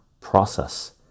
Process